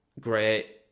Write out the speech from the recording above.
Great